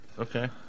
Okay